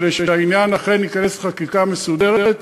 כדי שהעניין אכן ייכנס לחקיקה מסודרת.